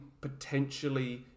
potentially